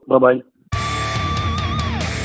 Bye-bye